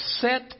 set